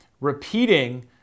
repeating